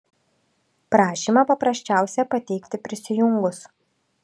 prašymą paprasčiausia pateikti prisijungus